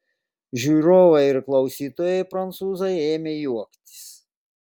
žiūrovai ir klausytojai prancūzai ėmė juoktis